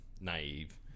naive